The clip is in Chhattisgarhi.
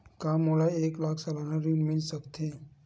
का मोला एक लाख सालाना ऋण मिल सकथे?